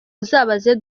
uzabaze